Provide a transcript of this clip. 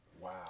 Wow